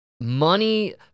money